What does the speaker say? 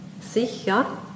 sicher